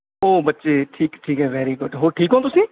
ਉਹ ਬੱਚੇ ਠੀਕ ਠੀਕ ਹੈ ਵੈਰੀ ਗੁਡ ਹੋਰ ਠੀਕ ਹੋ ਤੁਸੀਂ